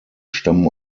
stammen